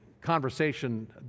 conversation